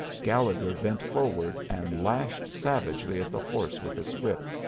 gallegher bent forward, and lashed savagely at the horse with his whip.